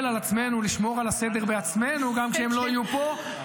על עצמנו לשמור על הסדר בעצמנו גם כשהם לא יהיו פה.